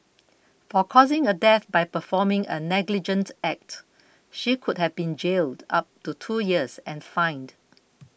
for causing a death by performing a negligent act she could have been jailed up to two years and fined